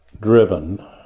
driven